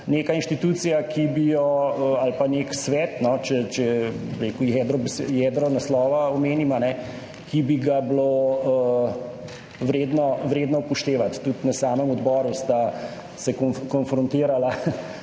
neka inštitucija ali nek svet – če, bi rekel, jedro naslova omenim – ki bi ga bilo vredno upoštevati. Tudi na samem odboru sta se konfrontirala